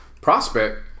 Prospect